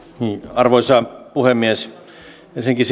arvoisa puhemies ensinnäkin